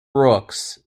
brooks